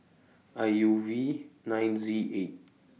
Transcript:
I U V nine Z eight